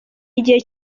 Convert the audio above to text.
igihe